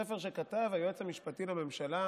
ספר שכתב היועץ המשפטי לממשלה